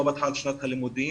לא פתחה את שנת הלימודים,